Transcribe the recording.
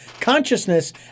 Consciousness